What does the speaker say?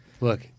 Look